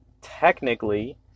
technically